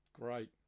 Great